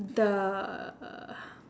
the